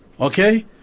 Okay